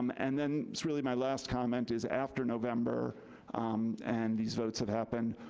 um and then it's really my last comment is after november and these votes have happened,